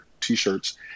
t-shirts